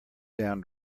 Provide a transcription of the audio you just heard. down